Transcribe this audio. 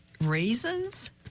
raisins